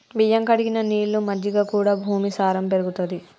బియ్యం కడిగిన నీళ్లు, మజ్జిగ కూడా భూమి సారం పెరుగుతది